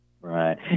Right